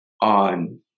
on